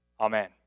Amen